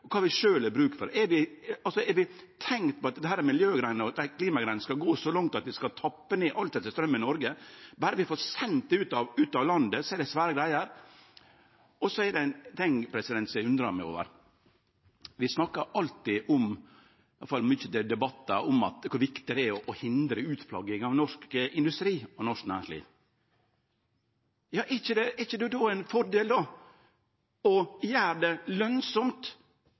og kva vi sjølve har bruk for. Har ein tenkt at desse miljø- og klimagreiene skal gå så langt at vi skal tappe alt av straum i Noreg, og at berre vi får sendt det ut av landet, er det svære greier? Det er noko eg undrar meg over: Vi snakkar i mange debattar om kor viktig det er å hindre utflagging av norsk industri og norsk næringsliv. Er det ikkje då ein fordel å gjere det lønsamt